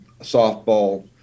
softball